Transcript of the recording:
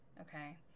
okay